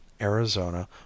arizona